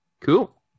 Cool